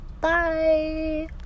Bye